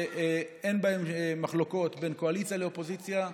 ואין בהם מחלוקות בין קואליציה לאופוזיציה,